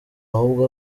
ahubwo